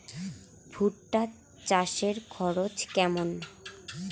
ভুট্টা চাষে খরচ কেমন?